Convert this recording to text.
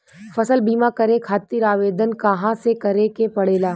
फसल बीमा करे खातिर आवेदन कहाँसे करे के पड़ेला?